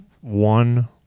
one